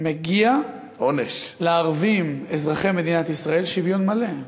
מגיע לערבים אזרחי מדינת ישראל שוויון מלא.